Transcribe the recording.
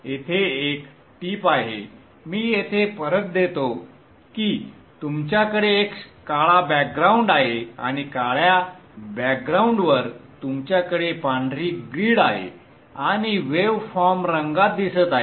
येथे एक टीप आहे मी येथे परत देतो की तुमच्याकडे एक काळा बॅकग्राउंड आहे आणि काळ्या बॅकग्राउंडवर तुमच्याकडे पांढरी ग्रिड आहे आणि वेव फॉर्म रंगात दिसत आहे